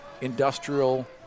industrial